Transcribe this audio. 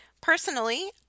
Personally